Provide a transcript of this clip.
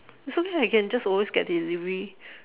this one I can just always get delivery